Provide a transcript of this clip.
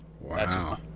Wow